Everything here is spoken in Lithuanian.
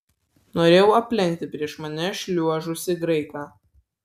norėjau aplenkti prieš mane šliuožusį graiką